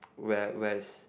where where is